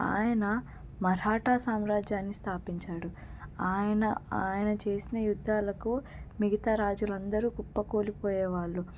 ఆయన మరాఠ సామ్రాజ్యాన్ని స్థాపించాడు ఆయన ఆయన చేసిన యుద్దాలకు మిగతా రాజులందరూ కుప్పకూలిపోయేవాళ్ళు